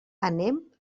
anem